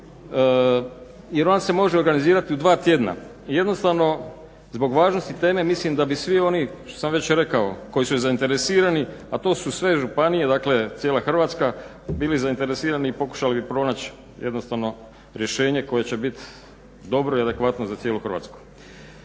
jer on se može organizirati u dva tjedna. Jednostavno zbog važnosti teme mislim da bi svi oni što sam već rekao koji su zainteresirani a to su sve županije, dakle cijela Hrvatska bili zainteresirani, pokušali bi pronać jednostavno rješenje koje će biti dobro i adekvatno za cijelu Hrvatsku.